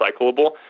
recyclable